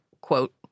quote